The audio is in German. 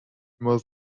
immer